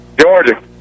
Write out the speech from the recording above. Georgia